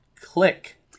Click